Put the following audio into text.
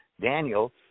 Daniel